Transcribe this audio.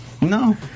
No